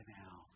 now